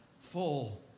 full